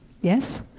Yes